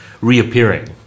reappearing